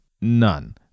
none